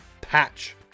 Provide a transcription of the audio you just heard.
patch